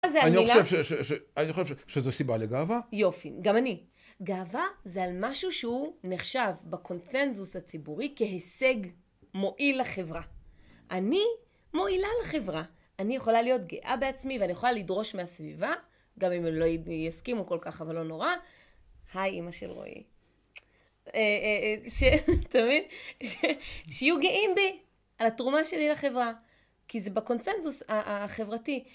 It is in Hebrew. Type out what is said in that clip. אני חושב שזו סיבה לגאווה. יופי, גם אני. גאווה זה על משהו שהוא נחשב בקונצנזוס הציבורי כהישג מועיל לחברה. אני מועילה לחברה. אני יכולה להיות גאה בעצמי ואני יכולה לדרוש מהסביבה, גם אם הם לא יסכימו כל כך, אבל לא נורא. היי, אמא של רועי. שתאמין? שיהיו גאים בי על התרומה שלי לחברה, כי זה בקונצנזוס החברתי.